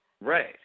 Right